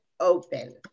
open